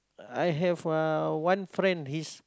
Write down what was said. I have uh one friend his